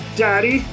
daddy